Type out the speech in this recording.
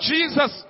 Jesus